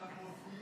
אנחנו מפריעים?